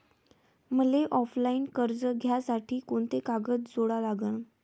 मले ऑफलाईन कर्ज घ्यासाठी कोंते कागद जोडा लागन?